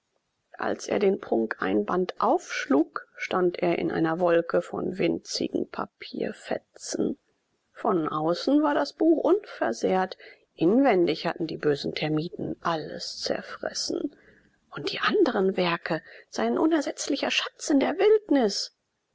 als er den prunkeinband aufschlug stand er in einer wolke von winzigen papierfetzen von außen war das buch unversehrt inwendig hatten die bösen termiten alles zerfressen und die anderen werke sein unersetzlicher schatz in der wildnis